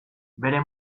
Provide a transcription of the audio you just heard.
bere